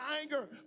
anger